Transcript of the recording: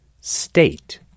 state